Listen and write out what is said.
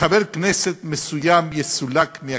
אוקיי, אז נניח שחבר כנסת מסוים יסולק מהכנסת.